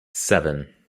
seven